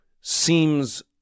seems